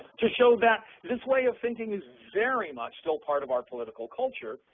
to show that this way of thinking is very much still part of our political culture,